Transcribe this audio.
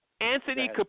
Anthony